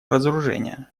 разоружения